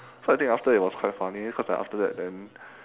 so I think after it was quite funny cause then after that then